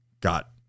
Got